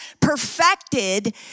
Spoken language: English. perfected